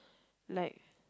like